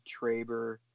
Traber